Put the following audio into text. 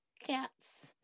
cats